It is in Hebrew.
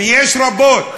ויש רבות,